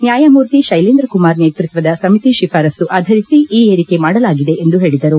ನ್ಯಾಯಮೂರ್ತಿ ಶ್ಯೆಲೇಂದ್ರ ಕುಮಾರ್ ನೇತೃತ್ವದ ಸಮಿತಿ ಶಿಫಾರಸು ಆಧರಿಸಿ ಈ ಏರಿಕೆ ಮಾಡಲಾಗಿದೆ ಎಂದು ಹೇಳಿದರು